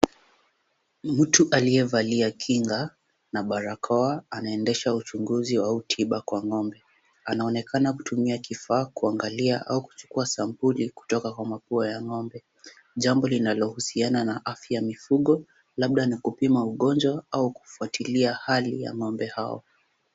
Mtu aliyevalia kinga na barakoa naendesha uchunguzi au tiba kwa ng'ombe, anaonekana kutumia kifaa kuangalia au kuchukua sampuli kutoka kwa mapua ya ng'ombe jambo linalohusiana na afya ya mifugo labda kupima ugonjwa au kufuatilia hali ya ng'ombe hao.